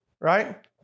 right